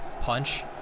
punch